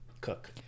Cook